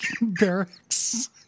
Barracks